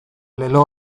lelo